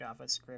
JavaScript